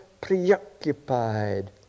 preoccupied